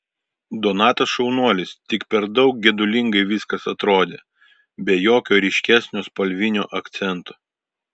donatas šaunuolis tik per daug gedulingai viskas atrodė be jokio ryškesnio spalvinio akcento